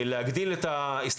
אני אשמח להציג את עמדת המשרד אבל אני